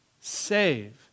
Save